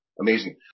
amazing